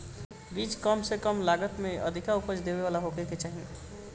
बीज कम से कम लागत में अधिका उपज देवे वाला होखे के चाही